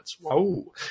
whoa